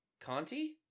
Conti